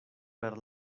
per